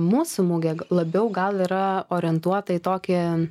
mūsų mugė labiau gal yra orientuota į tokį